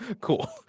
cool